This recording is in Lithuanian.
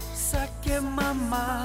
sakė mama